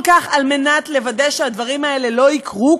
כך כדי לוודא שהדברים האלה לא יקרו כאן.